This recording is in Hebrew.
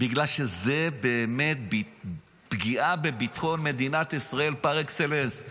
בגלל שזאת באמת פגיעה בביטחון מדינת ישראל פר-אקסלנס.